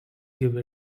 give